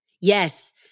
yes